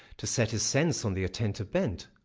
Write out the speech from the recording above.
to set his sense on the attentive bent,